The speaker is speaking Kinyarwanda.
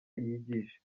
yigisha